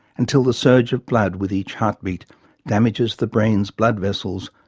until the surge of blood with each heartbeat damages the brain's blood vessels,